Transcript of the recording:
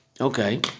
okay